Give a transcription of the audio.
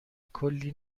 کلی